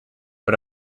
but